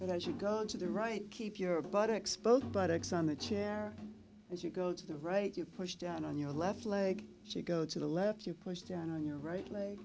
as you go to the right keep your butt exposed buttocks on the chair as you go to the right you push down on your left leg should go to the left you push down on your right leg